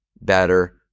better